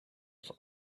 for